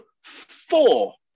four